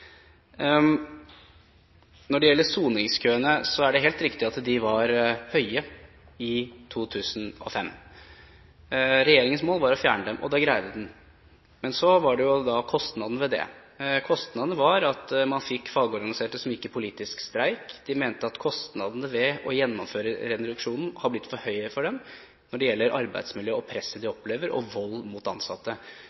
Når det gjelder soningskøene, er det helt riktig at de var lange i 2005. Regjeringens mål var å fjerne dem, og det greide den. Men så var det kostnaden ved det. Kostnaden var at man fikk fagorganiserte som gikk til politisk streik. De mente at kostnadene ved å gjennomføre denne reduksjonen har blitt for høye for dem når det gjelder arbeidsmiljøet, presset de